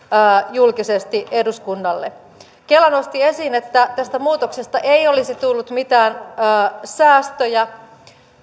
julkisesti eduskunnalle kela nosti esiin että tästä muutoksesta ei olisi tullut mitään säästöjä